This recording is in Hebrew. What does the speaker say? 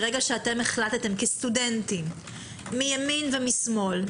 מרגע שהחלטתם כסטודנטים מימין ומשמאל,